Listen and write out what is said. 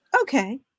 Okay